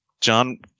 John